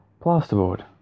Plasterboard